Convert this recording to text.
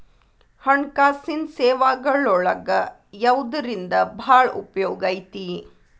ಹಣ್ಕಾಸಿನ್ ಸೇವಾಗಳೊಳಗ ಯವ್ದರಿಂದಾ ಭಾಳ್ ಉಪಯೊಗೈತಿ?